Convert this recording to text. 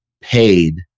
paid